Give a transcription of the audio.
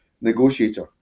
negotiator